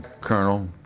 colonel